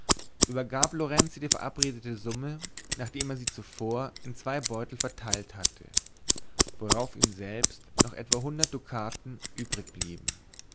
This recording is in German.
übergab lorenzi die verabredete summe nachdem er sie zuvor in zwei beutel verteilt hatte worauf ihm selbst noch etwa hundert dukaten